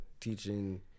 teaching